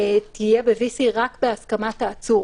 זו סוגיה שלא קיימת בתקנות ובהצעות